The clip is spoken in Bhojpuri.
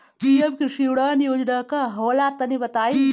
पी.एम कृषि उड़ान योजना का होला तनि बताई?